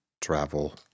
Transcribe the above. travel